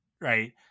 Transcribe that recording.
right